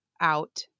out